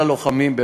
כל הלוחמים,